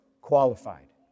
qualified